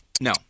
No